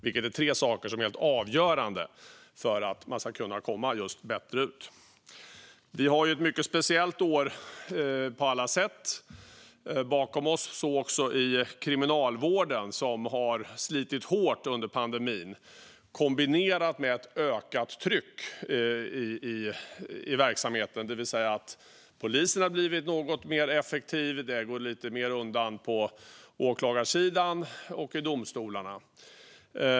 Det är tre saker som är helt avgörande för att dessa människor ska kunna komma bättre ut. Vi har ett på alla sätt mycket speciellt år bakom oss, så också i kriminalvården som har slitit hårt under pandemin kombinerat med ett ökat tryck i verksamheten. Polisen har blivit något mer effektiv, och det går undan lite mer på åklagarsidan och i domstolarna.